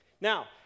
Now